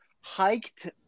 hiked